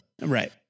Right